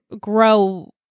grow